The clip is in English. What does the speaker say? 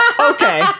Okay